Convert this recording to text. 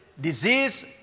disease